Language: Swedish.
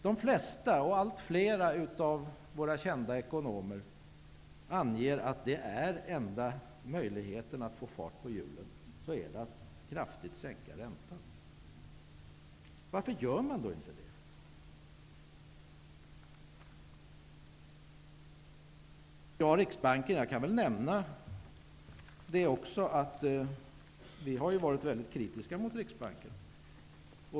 De flesta, och allt fler av våra kända ekonomer, anger att den enda möjligheten att få fart på hjulen är att kraftigt sänka räntan. Varför gör man då inte det? Jag kan nämna att vi har varit mycket kritiska mot Riksbanken.